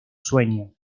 sueño